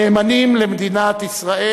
נאמנים למדינת ישראל,